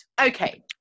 Okay